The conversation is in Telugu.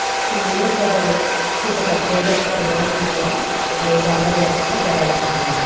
సామాన్య ప్రజలు ఇంత తక్కువ రేటు ఉండటం వల్ల ఏ బాధ లేకుండా ప్రయాణిస్తున్నారు